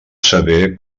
saber